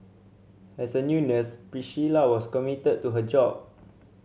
as a new nurse Priscilla was committed to her job